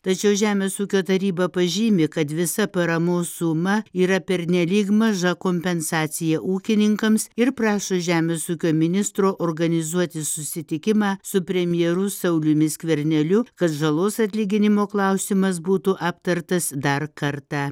tačiau žemės ūkio taryba pažymi kad visa paramos suma yra pernelyg maža kompensacija ūkininkams ir prašo žemės ūkio ministro organizuoti susitikimą su premjeru sauliumi skverneliu kad žalos atlyginimo klausimas būtų aptartas dar kartą